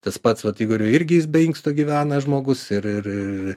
tas patsvat igoriui irgi jis be inksto gyvena žmogus ir ir ir